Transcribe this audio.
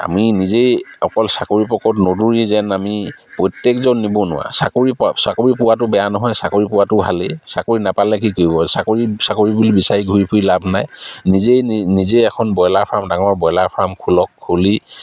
আমি নিজেই অকল চাকৰি পকৰত নদৌৰি যেন আমি প্ৰত্যেকজন নিবনুৱা চাকৰিৰপৰা চাকৰি পোৱাটো বেয়া নহয় চাকৰি পোৱাটো ভালেই চাকৰি নাপালে কি কৰিব চাকৰি চাকৰি বুলি বিচাৰি ঘূৰি ফুৰি লাভ নাই নিজেই নিজেই এখন ব্ৰইলাৰ ফাৰ্ম ডাঙৰ ব্ৰইলাৰ ফাৰ্ম খোলক খুলি